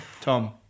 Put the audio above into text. Tom